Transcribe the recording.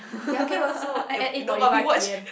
ya can also uh no but we watch